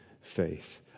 faith